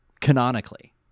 Canonically